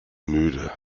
müde